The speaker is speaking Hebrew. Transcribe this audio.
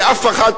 כי אף אחד,